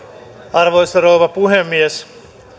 arvoisa rouva puhemies